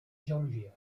geologia